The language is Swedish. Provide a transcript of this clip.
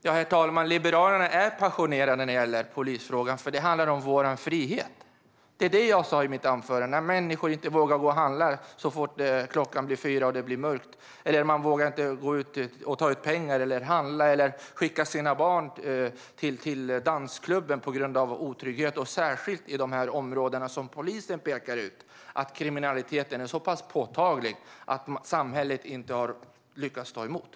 Herr talman! Liberalerna är passionerade när det gäller polisfrågan. Det handlar om vår frihet. Det sa jag också i mitt huvudanförande. Vi behöver göra satsningar om det är så att människor inte vågar gå och handla efter klockan fyra när det blivit mörkt, inte vågar gå ut och ta ut pengar eller inte vågar skicka sina barn till dansklubben på grund av otrygghet. Det gäller särskilt i de områden som polisen pekar ut, där kriminaliteten är så pass påtaglig att samhället inte har lyckats stå emot.